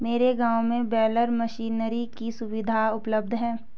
मेरे गांव में बेलर मशीनरी की सुविधा उपलब्ध है